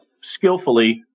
skillfully